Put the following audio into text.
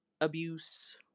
abuse